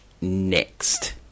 next